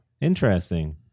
interesting